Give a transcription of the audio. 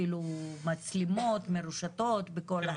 מצלמות מרושתות בכל העיר.